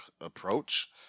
approach